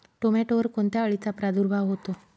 टोमॅटोवर कोणत्या अळीचा प्रादुर्भाव होतो?